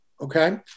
okay